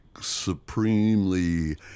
supremely